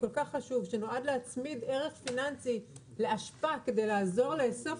כל כך חשוב שנועד להצמיד ערך פיננסי לאשפה כדי לעזור לאסוף